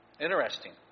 Interesting